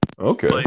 Okay